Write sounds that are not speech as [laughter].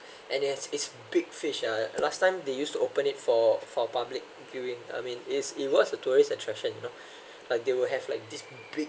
and it has its big fish ah last time they used to open it for for public viewing I mean it's it was a tourist attraction you know like [breath] they will have like this big